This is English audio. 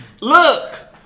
Look